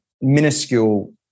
minuscule